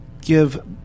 give